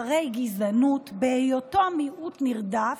אחרי גזענות, בהיותו מיעוט נרדף,